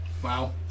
Wow